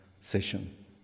session